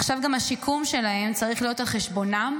עכשיו גם השיקום שלהם צריך להיות על חשבונם?